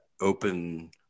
open